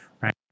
right